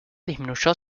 disminuyó